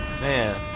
man